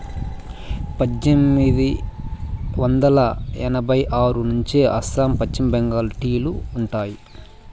పద్దెనిమిది వందల ఎనభై ఆరు నుంచే అస్సాం, పశ్చిమ బెంగాల్లో టీ లు ఉండాయి